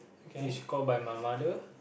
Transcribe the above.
is call by my mother